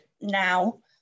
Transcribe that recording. now